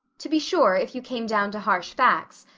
to be sure, if you came down to harsh facts.